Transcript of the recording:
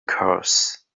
curse